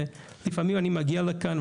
לפעמים אני מגיע לכאן,